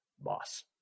boss